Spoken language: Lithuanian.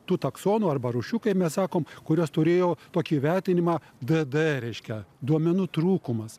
tų taksonų arba rūšių kaip mes sakom kurios turėjo tokį įvertinimą d d reiškia duomenų trūkumas